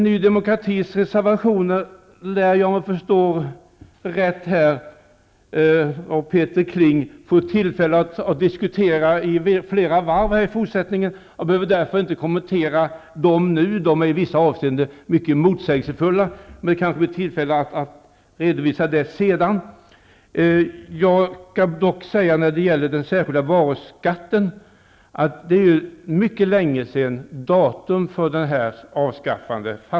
Av Peter Klings inlägg förstår jag att vi lär få tillfälle att diskutera Ny demokratis reservationer i flera varv i fortsättningen. Jag behöver därför inte kommentera dem nu. De är i vissa avseenden mycket motsägelsefulla, men det blir säkert tillfälle att redovisa det sedan. Jag skall dock säga när det gäller den särskilda varuskatten att det är mycket länge sedan datum fastställdes för dess avskaffande.